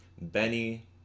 Benny